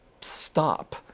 stop